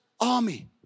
army